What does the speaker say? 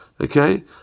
okay